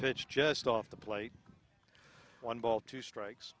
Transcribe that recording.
pitch just off the plate one ball two strikes